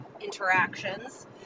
interactions